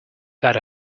got